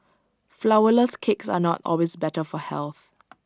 Flourless Cakes are not always better for health